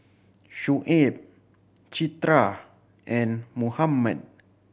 Shuib Citra and Muhammad